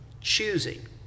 Choosing